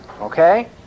Okay